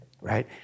right